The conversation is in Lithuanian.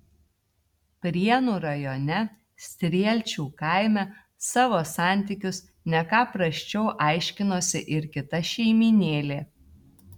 prienų rajone strielčių kaime savo santykius ne ką prasčiau aiškinosi ir kita šeimynėlė